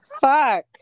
fuck